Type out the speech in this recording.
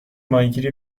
ماهیگیری